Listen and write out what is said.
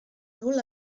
nul